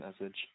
message